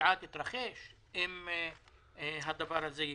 הפגיעה תתרחש אם הדבר הזה יקרה.